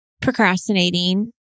procrastinating